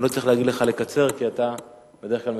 אני לא צריך להגיד לך לקצר כי אתה בדרך כלל מקצר.